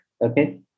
okay